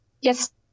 Yes